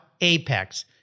Apex